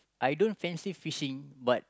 I don't fancy fishing but